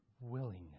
Willingness